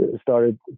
started